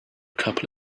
couple